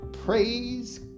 Praise